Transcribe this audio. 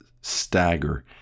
stagger